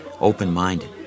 open-minded